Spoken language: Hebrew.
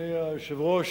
אדוני היושב-ראש,